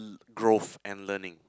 growth and learning